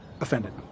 offended